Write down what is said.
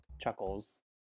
Chuckles